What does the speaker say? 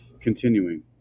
Continuing